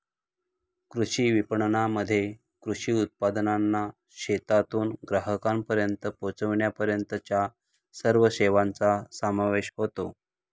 कृषी विपणनामध्ये कृषी उत्पादनांना शेतातून ग्राहकांपर्यंत पोचविण्यापर्यंतच्या सर्व सेवांचा समावेश होतो